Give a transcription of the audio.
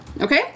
Okay